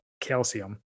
calcium